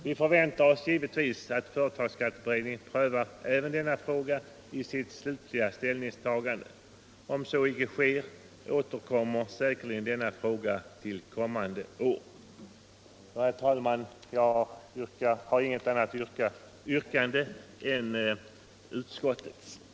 Vi förväntar oss givetvis att företagsskatteberedningen prövar även Bokföringsmässig denna fråga i sitt slutliga ställningstagande. Om så icke sker, kommer säkerligen frågan tillbaka kommande år. Herr talman! Jag har inget annat yrkande än bifall till utskottets hemställan.